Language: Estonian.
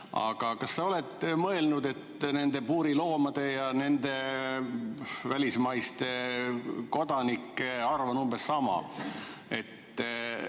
Kas sa oled mõelnud, kuna nende puuriloomade ja nende välismaiste kodanike arv on umbes sama,